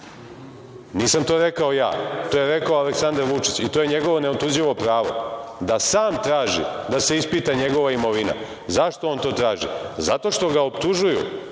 to rekao ja, to je rekao Aleksandar Vučić i to je njegovo neotuđivo pravo, da sam traži da se ispita njegova imovina. Zašto on to traži? Zato što ga optužuju,